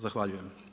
Zahvaljujem.